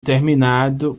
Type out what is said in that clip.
terminado